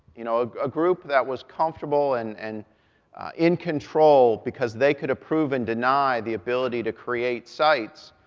you know, a group that was comfortable and and in control because they could approve and deny the ability to create sites,